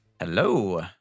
Hello